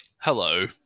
Hello